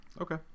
Okay